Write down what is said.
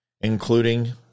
including